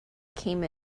came